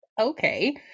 okay